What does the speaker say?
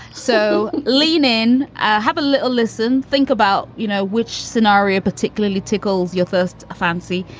so leanin. ah have a little listen. think about, you know, which scenario particularly tickles your first fancy.